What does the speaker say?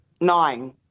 nine